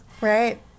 Right